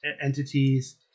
entities